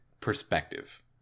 perspective